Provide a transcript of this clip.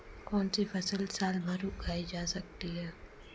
कौनसी फसल साल भर उगाई जा सकती है?